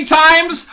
times